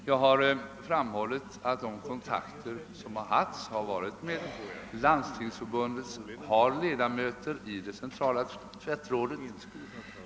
Jag har framhållit att man har haft kontakt med Landstingsförbundet, som har ledamöter i de centrala tvättråden.